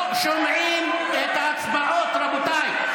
אינו נוכח אריה מכלוף דרעי,